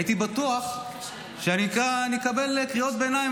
הייתי בטוח שאני אקבל קריאות ביניים